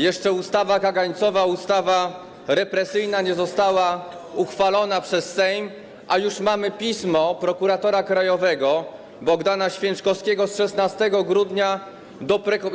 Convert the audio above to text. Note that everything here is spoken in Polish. Jeszcze ustawa kagańcowa, ustawa represyjna nie została uchwalona przez Sejm, a już mamy pismo prokuratora krajowego Bogdana Święczkowskiego z 16 grudnia